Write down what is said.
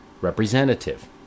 representative